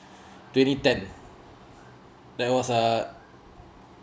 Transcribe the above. twenty ten that was uh